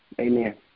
amen